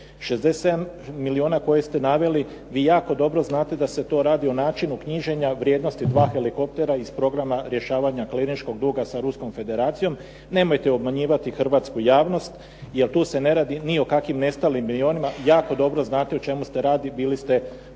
67 milijuna koje ste naveli, vi jako dobro znate da se to radi o načinu knjiženja vrijednosti 2 helikoptera iz programa rješavanja kliničkog duga sa Ruskom federacijom, nemojte obmanjivati hrvatsku javnost jer tu se ne radi ni o kakvim nestalim milijunima, jako dobro znate o čemu se radi, bili ste predstojnik